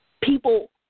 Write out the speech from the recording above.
People